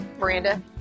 Miranda